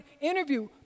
interview